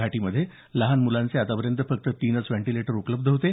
घाटीमधे लहान मुलांचे आतापर्यंत फक्त तीनच व्हेंटिलेटर होते